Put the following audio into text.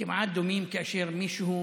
כמעט דומים כאשר מישהו